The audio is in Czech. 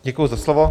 Děkuji za slovo.